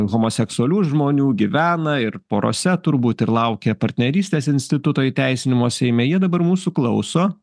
homoseksualių žmonių gyvena ir porose turbūt ir laukia partnerystės instituto įteisinimo seime jie dabar mūsų klauso